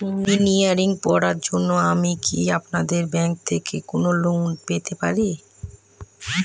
Engineering পড়ার জন্য আমি কি আপনাদের ব্যাঙ্ক থেকে কোন লোন পেতে পারি?